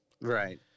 Right